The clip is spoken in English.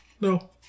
No